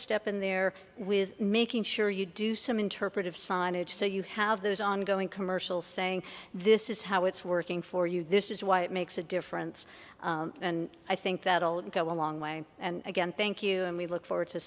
step in there with making sure you do some interpretive signage so you have those ongoing commercials saying this is how it's working for you this is why it makes a difference and i think that'll go a long way and again thank you and we look forward to